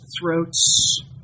throats